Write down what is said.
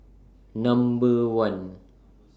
Number one